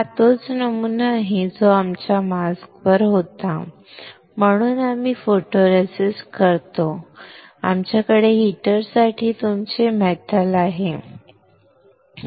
हा तोच नमुना आहे जो आमच्या मास्कवर होता म्हणून आम्ही फोटोरेसिस्ट करतो आमच्याकडे हीटरसाठी तुमची धातू आहे